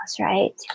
right